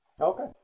Okay